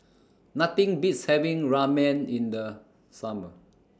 Nothing Beats having Ramen in The Summer